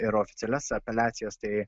ir oficialias apeliacijos tai